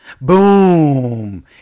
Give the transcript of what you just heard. Boom